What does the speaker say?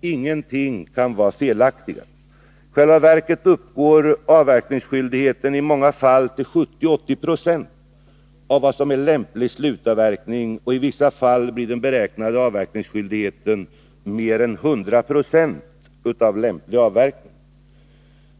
Ingenting kan vara felaktigare. I själva verket uppgår avverkningsskyldigheten i många fall till 70 å 80 96 av vad som är lämplig slutavverkning, och i vissa fall blir den beräknade avverkningsskyldigheten mer än 100 96 av lämplig avverkning.